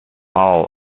all